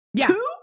Two